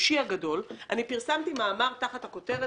בייאושי הגדול אני פרסמתי מאמר תחת הכותרת